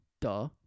Duh